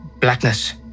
blackness